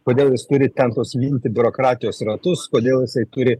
kodėl jis turi ten tuos minti biurokratijos ratus kodėl jisai turi